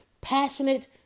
passionate